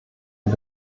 den